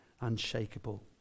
unshakable